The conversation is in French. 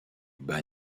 bas